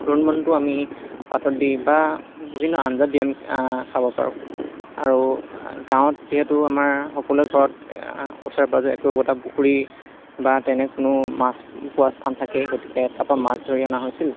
দোৰোণ বনটো আমি পাতত দি বা বিভিন্ন আঞ্জাত দি আমি খাব পাৰোঁ আৰু গাঁৱত যিহেতু আমাৰ সকলোৰে ঘৰত ওচৰে পাঁজৰে একো একোটা পুখুৰী বা তেনে কোনো মাছ পোৱা স্থান থাকে গতিকে তাৰপৰা মাছ ধৰি অনা হৈছিল